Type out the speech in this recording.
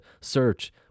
search